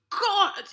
God